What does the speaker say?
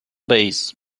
base